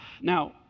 Now